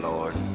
Lord